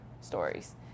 stories